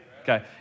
Okay